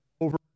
over